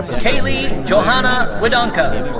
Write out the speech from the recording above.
kailee johanna widanka.